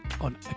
on